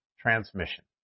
transmission